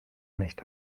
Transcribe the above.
nicht